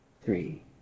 three